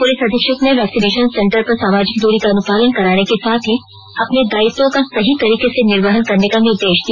police अधीक्षक ने vaccination centre पर सामाजिक दूरी का अनुपालन कराने के साथ ही अपने दायित्वों का सही तरीके से निर्वहन करने का निर्देश दिया